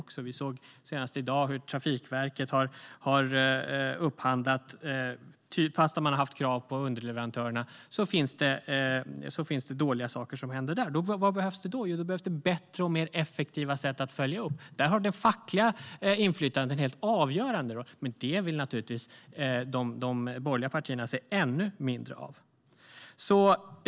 Senast i dag såg vi att det finns dåliga saker i Trafikverkets upphandling trots krav på underleverantörerna. Vad behövs då? Jo, bättre och mer effektiva sätt att följa upp. Här har det fackliga inflytandet en avgörande roll, men det vill de borgerliga partierna naturligtvis se ännu mindre av. Herr talman!